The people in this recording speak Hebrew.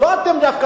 שלא אתם דווקא,